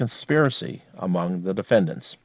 conspiracy among the defendant